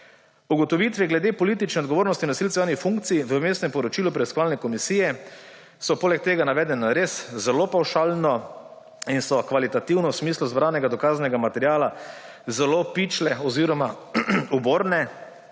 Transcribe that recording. Ugotovitve glede politične odgovornosti nosilcev javnih funkcij v Vmesnem poročilu preiskovalne komisije so poleg tega navedene res zelo pavšalno in so kvalitativno v smislu zbranega dokaznega materiala zelo pičle oziroma uborne.